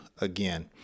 again